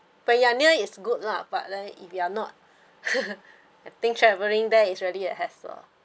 but ya is good lah but then if you are not I think travelling there is really a hassle